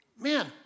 man